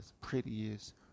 prettiest